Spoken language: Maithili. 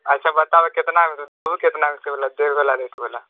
अच्छा बताबऽ कितनामे देबू कितनामे देबय वला रेट बोलऽ